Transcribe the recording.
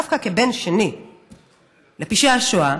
אני באה ואומרת: דווקא כבן דור שני לפשעי השואה,